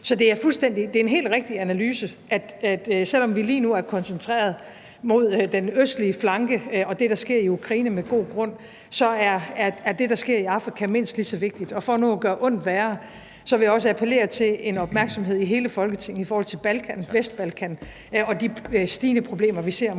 Så det er en helt rigtig analyse, altså at selv om vi lige nu er koncentreret mod den østlige flanke og det, der sker i Ukraine – med god grund – så er det, der sker i Afrika, mindst lige så vigtigt. Og for nu at gøre ondt værre vil jeg også appellere til en opmærksomhed i hele Folketinget i forhold til Balkan, Vestbalkan, og de stigende problemer, vi ser omkring